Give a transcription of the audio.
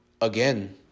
again